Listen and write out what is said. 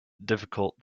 difficult